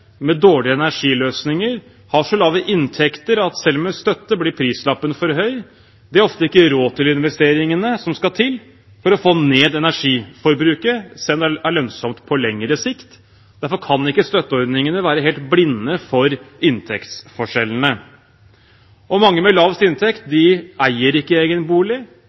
med dårlige energiløsninger, har så lave inntekter at selv med støtte blir prislappen for høy. De har ofte ikke råd til investeringene som skal til for å få ned energiforbruket, selv om det er lønnsomt på lengre sikt. Derfor kan ikke støtteordningene være helt blinde for inntektsforskjellene. Mange av dem med lavest inntekt eier ikke egen bolig.